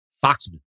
Foxman